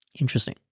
Interesting